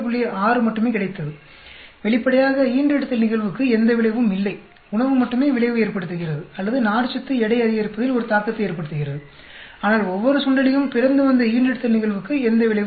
6 மட்டுமே கிடைத்தது வெளிப்படையாக ஈன்றெடுத்தல் நிகழ்வுக்கு எந்த விளைவும் இல்லை உணவு மட்டுமே விளைவு ஏற்படுத்துகிறது அல்லது நார்ச்சத்து எடை அதிகரிப்பதில் ஒரு தாக்கத்தை ஏற்படுத்துகிறது ஆனால் ஒவ்வொரு சுண்டெலியும் பிறந்து வந்த ஈன்றெடுத்தல் நிகழ்வுக்கு எந்த விளைவும் இல்லை